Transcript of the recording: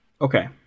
Okay